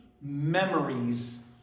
memories